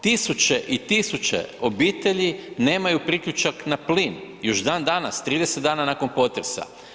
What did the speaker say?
Tisuće i tisuće obitelji nemaju priključak na plin još dan danas, 30 dana nakon potresa.